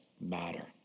matter